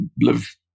live